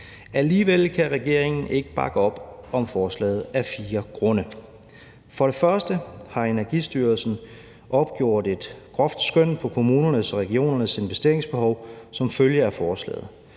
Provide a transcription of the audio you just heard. Alligevel kan regeringen ikke bakke op om forslaget af fire grunde. For det første har Energistyrelsen opgjort et groft skøn over kommunernes og regionernes investeringsbehov som følge af forslaget.